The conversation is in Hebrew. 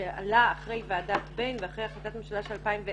שעלה אחרי ועדת ביין ואחרי החלטת ממשלה של 2010